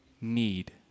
need